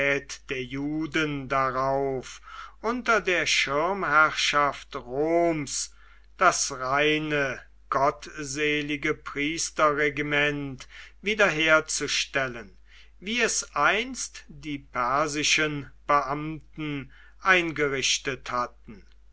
der juden darauf unter der schirmherrschaft roms das reine gottselige priesterregiment wieder herzustellen wie es einst die persischen beamten eingerichtet hatten